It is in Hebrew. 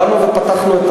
באנו ופתחנו,